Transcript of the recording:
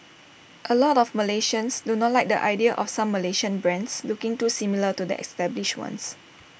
A lot of Malaysians do not like the idea of some Malaysian brands looking too similar to the established ones